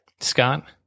Scott